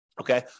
okay